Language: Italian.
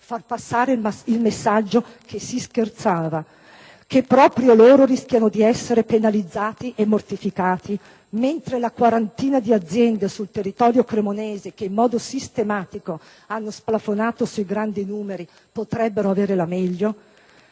far passare il messaggio che si scherzava, che proprio loro rischiano di essere penalizzate e mortificate, mentre la quarantina di aziende sul territorio cremonese, che in modo sistematico hanno splafonato sui grandi numeri, potrebbero avere la meglio?